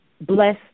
bless